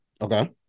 Okay